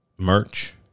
Merch